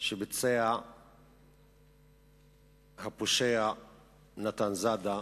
שביצע הפושע נתן זאדה